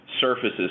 surfaces